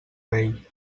rei